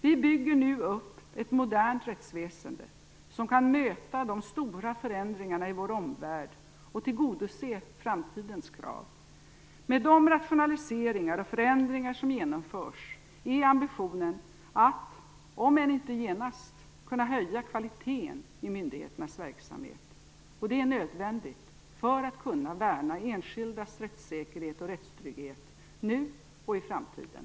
Vi bygger nu upp ett modernt rättsväsende som kan möta de stora förändringarna i vår omvärld och tillgodose framtidens krav. Med de rationaliseringar och förändringar som genomförs är ambitionen att, om än inte genast, kunna höja kvaliteten i myndigheternas verksamhet. Det är nödvändigt för att kunna värna enskildas rättssäkerhet och rättstrygghet nu och i framtiden.